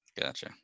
Gotcha